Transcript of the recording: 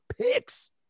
picks